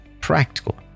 practical